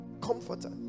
comforter